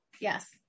yes